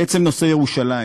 לעצם נושא ירושלים,